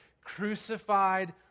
crucified